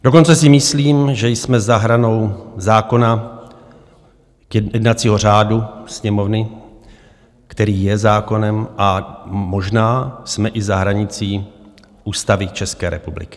Dokonce si myslím, že jsme za hranou zákona, jednacího řádu Sněmovny, který je zákonem, a možná jsme i za hranicí Ústavy České republiky.